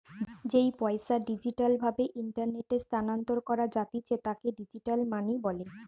যেই পইসা ডিজিটাল ভাবে ইন্টারনেটে স্থানান্তর করা জাতিছে তাকে ডিজিটাল মানি বলে